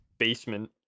Basement